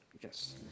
Yes